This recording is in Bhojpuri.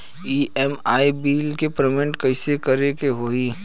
ई.एम.आई बिल के पेमेंट कइसे करे के होई?